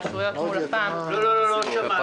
התקשרויות מול לפ"מ --- לא שמענו,